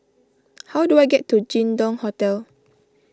how do I get to Jin Dong Hotel